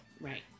Right